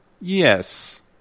Yes